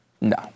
No